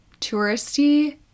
touristy